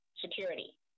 security